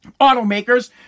automakers